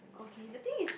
okay the thing is